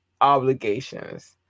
obligations